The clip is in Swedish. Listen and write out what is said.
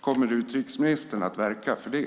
Kommer utrikesministern att verka för det?